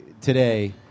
today